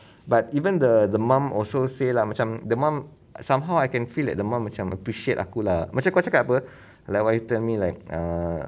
but even the the mum also say lah macam the mum somehow I can feel like the mum macam somehow appreciate aku lah macam akan cakap apa like what you tell me like err